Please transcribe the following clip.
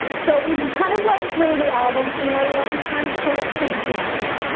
so we've kind of run through the album scenario a few times. so let's take a canvas.